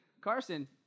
Carson